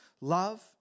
love